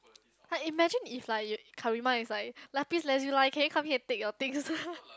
like imagine if like you Karima is like lapis lazuli can you come here and take your things